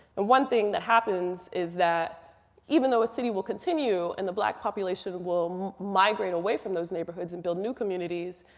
and one thing that happens is that even though a city will continue and the black population will migrate away from those neighborhoods and build new communities,